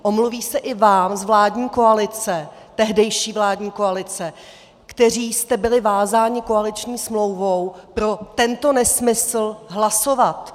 Omluví se i vám z vládní koalice, tehdejší vládní koalice, kteří jste byli vázáni koaliční smlouvou pro tento nesmysl hlasovat.